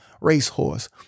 racehorse